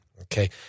Okay